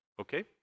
okay